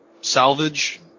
salvage